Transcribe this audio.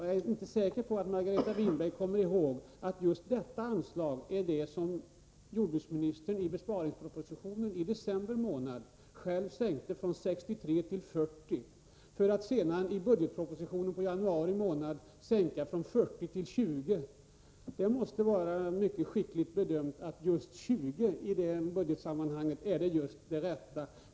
Jag är inte säker på att Margareta Winberg kommer ihåg att detta anslag är det där jordbruksministern i besparingspropositionen i december själv sänkte beloppet från 63 till 40 miljoner, för att sedan i budgetpropositionen i januari sänka det ytterligare till 20 miljoner. Det måste vara mycket skickligt bedömt när man menar att just 20 miljoner är det rätta i detta budgetsammanhang.